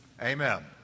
Amen